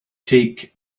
take